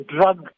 drug